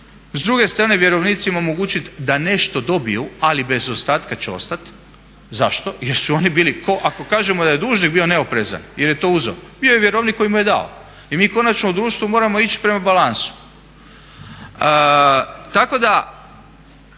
S druge strane vjerovnicima omogućiti da nešto dobiju, ali bez ostatka će ostati. Zašto? Jer su oni bili, ako kažemo da je dužnik bio neoprezan jer je to uzeo bio je vjerovnik koji mu je dao. I mi konačno u društvu moramo ići prema balansu. Tako da